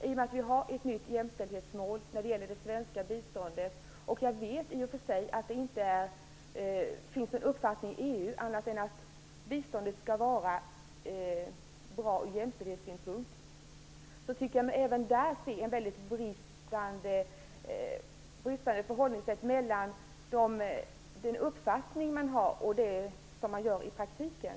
Vi har ju ett nytt jämställdhetsmål när det gäller det svenska biståndet. Jag vet att det i och för sig inte finns någon uppfattning inom EU annat än att biståndet skall vara bra ur jämställdhetssynpunkt. Även där tycker jag mig se ett bristande förhållningssätt mellan den uppfattning man har och det man gör i praktiken.